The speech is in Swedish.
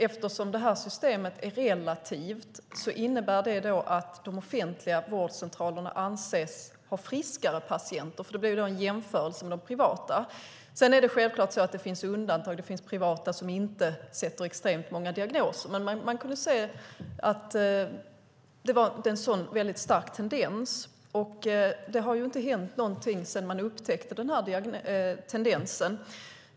Eftersom systemet är relativt innebär det att de offentliga vårdcentralerna anses ha friskare patienter i jämförelse med de privata. Självklart finns det undantag - det finns privata vårdcentraler som inte ställer extremt många diagnoser - men man kan ändå se en tydlig, stark tendens. Det har inte hänt någonting sedan man upptäckte den här tendensen.